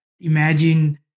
Imagine